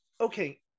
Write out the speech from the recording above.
okay